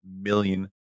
million